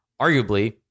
arguably